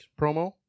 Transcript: promo